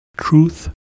truth